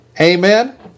Amen